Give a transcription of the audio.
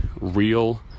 real